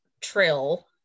trill